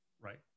Right